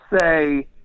say